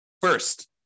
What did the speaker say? First